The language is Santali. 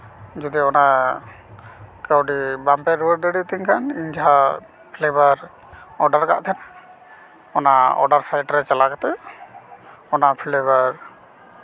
ᱡᱩᱫᱤ ᱚᱱᱟ ᱠᱟᱹᱣᱰᱤ ᱵᱟᱝᱯᱮ ᱨᱩᱣᱟᱹᱲ ᱫᱟᱲᱮ ᱛᱤᱧ ᱠᱷᱟᱱ ᱤᱧ ᱡᱟᱦᱟᱸ ᱯᱷᱮᱞᱮᱵᱟᱨ ᱚᱰᱟᱨ ᱟᱜ ᱛᱟᱦᱮᱱᱟ ᱚᱱᱟ ᱚᱰᱟᱨ ᱥᱟᱭᱤᱴᱨᱮ ᱪᱟᱞᱟᱣ ᱠᱟᱛᱮ ᱚᱱᱟ ᱯᱷᱞᱮᱵᱟᱨ